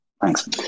Thanks